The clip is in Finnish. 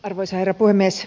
arvoisa herra puhemies